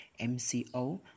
MCO